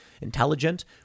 intelligent